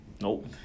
Nope